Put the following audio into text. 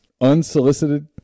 unsolicited